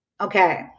Okay